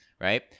right